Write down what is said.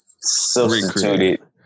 substituted